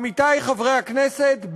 עמיתי חברי הכנסת,